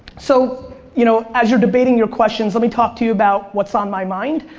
so you know as you're debating your questions, let me talk to you about what's on my mind.